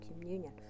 Communion